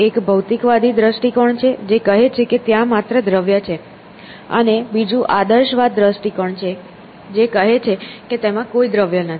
એક ભૌતિકવાદી દ્રષ્ટિકોણ છે જે કહે છે કે ત્યાં માત્ર દ્રવ્ય છે અને બીજું આદર્શવાદ દ્રષ્ટિકોણ છે જે કહે છે કે તેમાં કોઈ દ્રવ્ય નથી